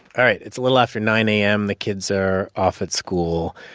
all right. it's a little after nine a m. the kids are off at school.